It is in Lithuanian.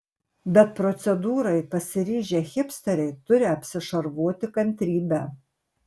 bet procedūrai pasiryžę hipsteriai turi apsišarvuoti kantrybe